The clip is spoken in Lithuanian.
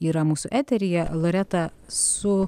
yra mūsų eteryje loreta su